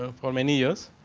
ah for many years.